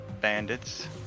bandits